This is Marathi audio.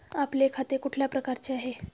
आपले खाते कुठल्या प्रकारचे आहे?